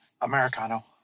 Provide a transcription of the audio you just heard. Americano